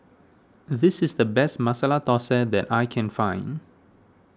this is the best Masala Thosai that I can find